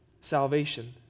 salvation